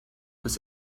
bis